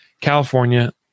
California